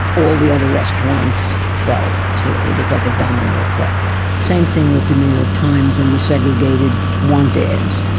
all the other restaurants fell too it was like a domino effect. the same thing with the new york times and the segregated want ads.